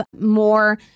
more